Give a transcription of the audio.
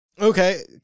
Okay